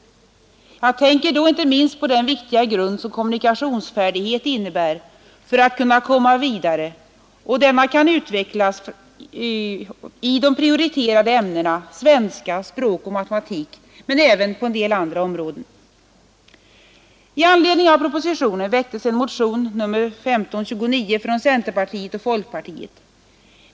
Jag tänker då inte minst på den viktiga grund som kommunikationsfärdighet innebär för att kunna komma vidare och som kan utvecklas i de prioriterade ämnena svenska, språk och matematik men även på en del andra områden. I anledning av propositionen väcktes en motion nr 1529 från centerpartiet och folkpartiet.